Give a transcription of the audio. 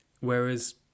whereas